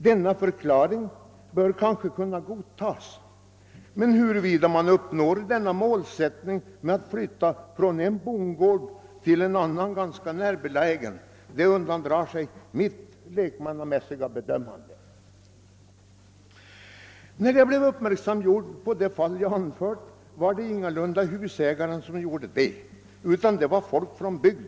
Denna för klaring bör kanske kunna godtagas, men huruvida man uppnår denna målsättning genom att flytta ett lager från en bondgård till en annan ganska närbelägen undandrar sig mitt lekmannamässiga bedömande. Det var ingalunda husägaren utan folk från bygden som gjorde mig uppmärksam på det fall som jag nu har tagit upp.